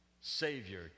Savior